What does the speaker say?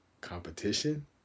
competition